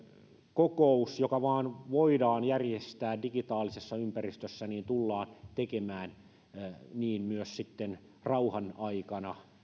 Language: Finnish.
kokous joka vaan voidaan järjestää digitaalisessa ympäristössä tullaan pitämään niin myös sitten rauhan aikana